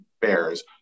Bears